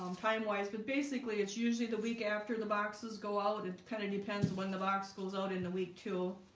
um time wise but basically it's usually the week after the boxes go out and kind of depends when the box goes out in the week two